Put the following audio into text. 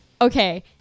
Okay